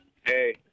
Hey